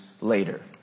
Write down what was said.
later